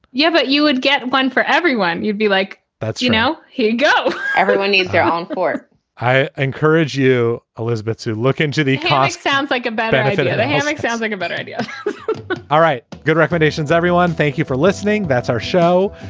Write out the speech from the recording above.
yeah, but you would get one for everyone. you'd be like that's you know, he goes, everyone needs their own for i encourage you, elizabeth, to look into the past sounds like a better fit. like sounds like a better idea all right. good recommendations, everyone. thank you for listening. that's our show.